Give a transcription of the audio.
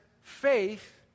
faith